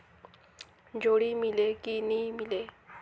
जोणी मीले कि नी मिले?